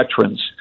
veterans